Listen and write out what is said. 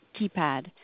keypad